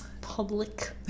public